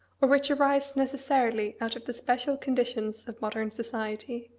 or which arise necessarily out of the special conditions of modern society.